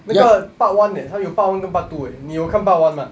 那个 part one eh 他有 part one 跟 part two eh 你有看 part one 吗